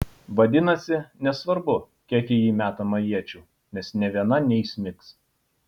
vadinasi nesvarbu kiek į jį metama iečių nes nė viena neįsmigs